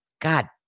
God